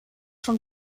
von